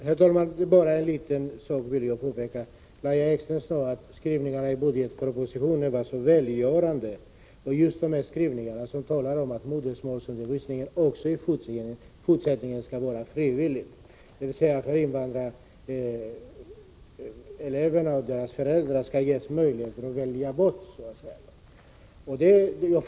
Herr talman! Det är bara en liten sak som jag vill påpeka. Lahja Exner sade att skrivningarna i budgetpropositionen var så välgörande. Det gällde just dessa skrivningar som talar om att modersmålsundervisningen också i fortsättningen skall vara frivillig. Invandrareleverna och deras föräldrar skall alltså ges möjligheter att välja bort modersmålet.